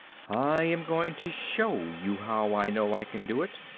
i am going to show you how i know i can do it.